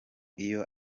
iyo